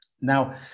Now